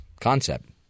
concept